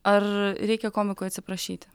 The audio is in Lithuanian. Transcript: ar reikia komikui atsiprašyti